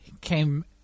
came